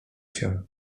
się